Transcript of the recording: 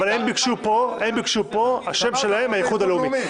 הם ביקשו פה את השם "האיחוד הלאומי".